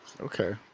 Okay